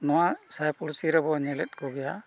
ᱱᱚᱣᱟ ᱥᱟᱭ ᱯᱩᱲᱥᱤ ᱨᱮᱵᱚᱱ ᱧᱮᱞᱮᱫ ᱠᱚᱜᱮᱭᱟ